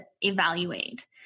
evaluate